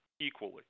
equally